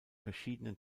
verschiedenen